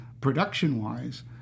production-wise